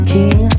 King